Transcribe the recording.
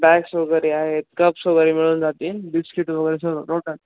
bags वगैरे आहेत cups वगैरे मिळून जातीन बिस्किटं वगैरे सगळं टोटल